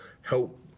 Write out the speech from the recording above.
help